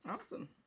Awesome